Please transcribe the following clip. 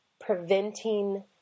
preventing